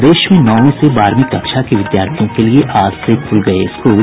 प्रदेश में नौवीं से बारहवीं कक्षा के विद्यार्थियों के लिए आज से खुल गये स्कूल